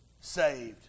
saved